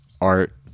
art